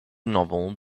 novel